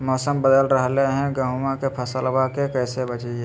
मौसम बदल रहलै है गेहूँआ के फसलबा के कैसे बचैये?